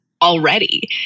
already